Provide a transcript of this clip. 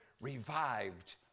revived